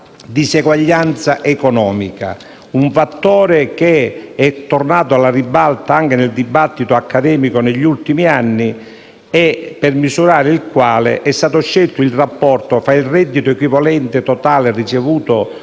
la diseguaglianza economica: un fattore che è tornato alla ribalta anche nel dibattito accademico degli ultimi anni, per misurare il quale è stato scelto il rapporto tra il reddito equivalente totale ricevuto